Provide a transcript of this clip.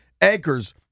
anchors